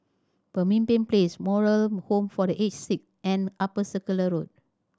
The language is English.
Pemimpin Place Moral Home for The Aged Sick and Upper Circular Road